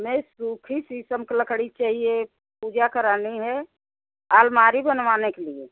हमें सूखी शीशम की लकड़ी चाहिए पूजा करानी है आलमारी बनवाने के लिए